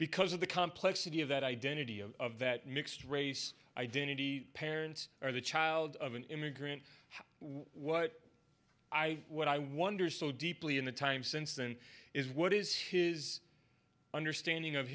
because of the complexity of that identity of that mixed race identity parents or the child of an immigrant what i what i wonder so deeply in the time since then is what is his understanding of